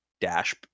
dash